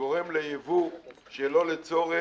שגורם ליבוא שלא לצורך